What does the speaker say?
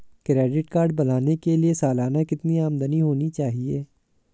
Credit card बनाने के लिए सालाना कितनी आमदनी होनी चाहिए?